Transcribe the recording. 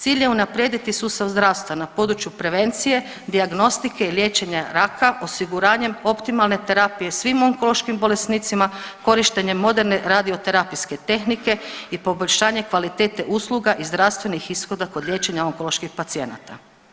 Cilj je unaprijediti sustav zdravstva na području prevencije, dijagnostike i liječenja raka osiguranjem optimalne terapije svim onkološkim bolesnicima, korištenje moderne radioterapijske tehnike i poboljšanje kvalitete usluga i zdravstvenih ishoda kod liječenja onkoloških pacijenata.